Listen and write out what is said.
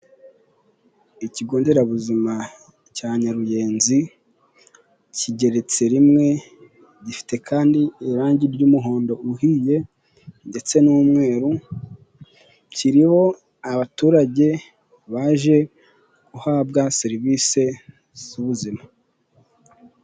Ikigo nderabuzima cya Nyaruyenzi kigeretse rimwe, gifite kandi irangi ry'umuhondo uhiye ndetse n'umweru, kiriho abaturage baje guhabwa serivisi z'ubuzima.